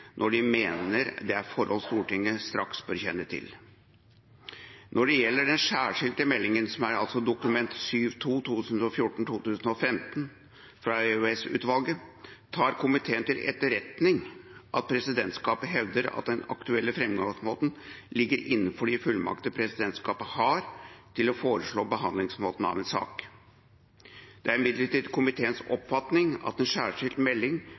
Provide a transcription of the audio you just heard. når de mener det er forhold Stortinget straks bør kjenne til. Når det gjelder den særskilte meldingen, Dokument 7:2 for 2014–2015 fra EOS-utvalget, tar komiteen til etterretning at presidentskapet hevder at den aktuelle framgangsmåten ligger innenfor de fullmakter presidentskapet har til å foreslå behandlingsmåten av en sak. Det er imidlertid komiteens oppfatning at en særskilt melding